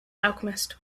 alchemist